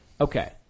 Okay